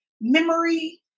memory